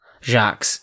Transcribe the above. Jacques